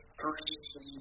three